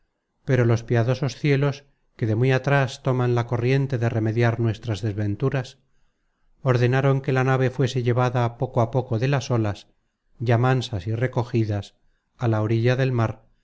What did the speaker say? pero los piadosos cielos que de muy atras toman la corriente de remediar nuestras desventuras ordenaron que la nave fuese llevada poco a poco de las olas ya mansas y recogidas á la orilla del mar